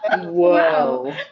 whoa